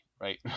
Right